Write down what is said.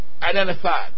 identified